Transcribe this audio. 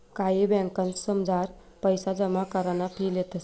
कायी ब्यांकसमझार पैसा जमा कराना फी लेतंस